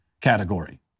category